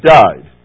died